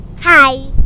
Hi